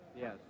Yes